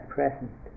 present